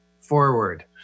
forward